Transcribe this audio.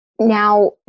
Now